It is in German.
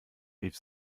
rief